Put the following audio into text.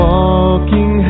Walking